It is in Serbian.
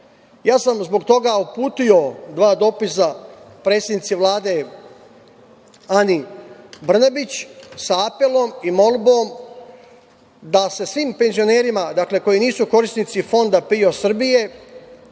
toga sam ja uputio dva dopisa predsednici Vlade, Ani Brnabić, sa apelom i molbom da se svim penzionerima, dakle, koji nisu korisnici Fonda PIO Srbije,